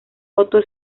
otto